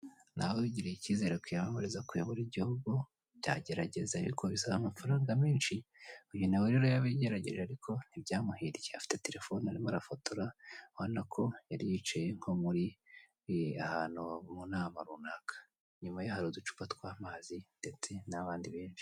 Nawe wigiriye ikiizere kwiyamamariza kuyobora igihugu byagerageza ariko bisaba amafaranga menshi, uyu nawe rero yarabigerageje ariko ntibyamuhikiye, afite telefoni arimo arafotora, urabona ko yari yicaye nko muri ahantu mu nama runaka, inyuma ya hari uducupa tw'amazi ndetse n'abandi benshi.